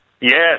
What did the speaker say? Yes